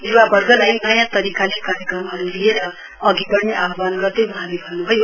य्वा वर्गलाई नयाँ तरीकाले कार्यक्रमहरू लिएर अधि बढ़ने आह्रवान गर्दै वहाँले भन्नुभयो